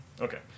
okay